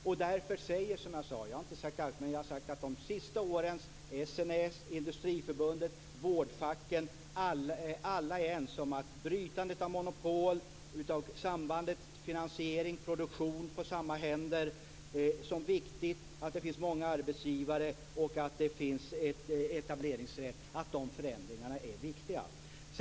Vad jag har sagt är att de senaste åren har SNS, Industriförbundet och vårdfacken varit ense om att brytandet av monopol, av sambandet finansieringproduktion på samma händer, är viktigt att det skall finnas många arbetsgivare och etableringsrätt och att sådana förändringar är viktiga.